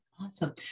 Awesome